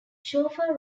chauffeur